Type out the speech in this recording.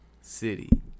City